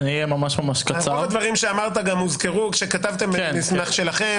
כל הדברים שאמרת גם הוזכרו כשכתבתם את המסמך שלכם.